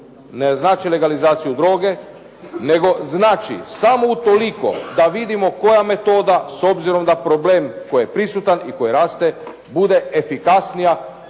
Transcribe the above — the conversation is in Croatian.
ne znači legalizaciju droge nego znači samo utoliko da vidimo koja metoda, s obzirom da je problem koji je prisutan i koji raste, bude efikasnija